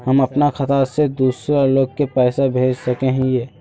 हम अपना खाता से दूसरा लोग के पैसा भेज सके हिये?